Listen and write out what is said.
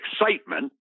excitement